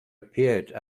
appeared